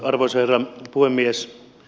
arvoisa herra puhemies